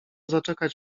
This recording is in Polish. zaczekać